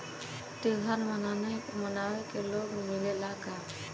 त्योहार मनावे के लोन मिलेला का?